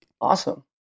Awesome